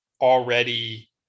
already